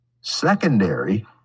secondary